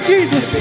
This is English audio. Jesus